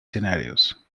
scenarios